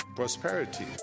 prosperity